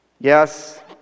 Yes